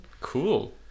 Cool